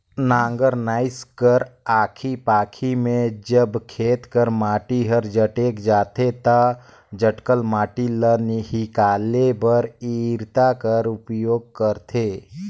नांगर नाएस कर आखी पाखी मे जब खेत कर माटी हर जटेक जाथे ता जटकल माटी ल हिकाले बर इरता कर उपियोग करथे